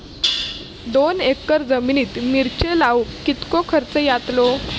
दोन एकर जमिनीत मिरचे लाऊक कितको खर्च यातलो?